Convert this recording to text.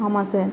ஆமாம் சார்